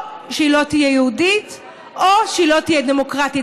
או שהיא לא תהיה יהודית או שהיא לא תהיה דמוקרטית.